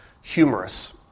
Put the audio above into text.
humorous